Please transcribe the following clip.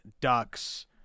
Ducks